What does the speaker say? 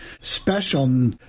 special